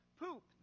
poop